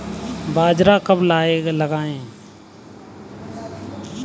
बाजरा कब लगाएँ?